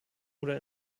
oder